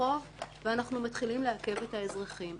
רחוב ואנחנו מתחילים לעכב את האזרחים.